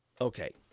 Okay